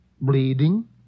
Bleeding